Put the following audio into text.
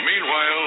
Meanwhile